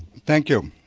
thank you.